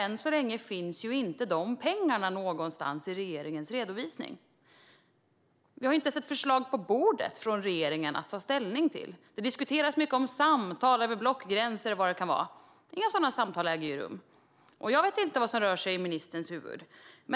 Än så länge finns ju inte de pengarna någonstans i regeringens redovisning. Vi har inte sett förslag på bordet från regeringen att ta ställning till. Det diskuteras mycket om samtal över blockgränser och vad det nu kan vara, men inga sådana samtal äger rum. Jag vet inte vad som rör sig i ministerns huvud.